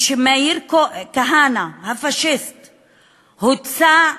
כשמאיר כהנא הפאשיסט הוצא,